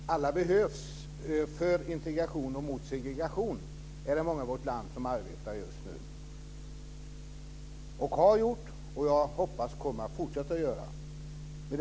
Fru talman! Alla behövs för integration och mot segregation. Många i vårt land arbetar just nu med sådan inriktning, och jag hoppas att de ska fortsätta med det.